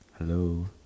hello